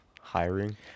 hiring